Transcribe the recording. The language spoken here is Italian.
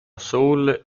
soul